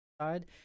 side